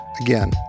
Again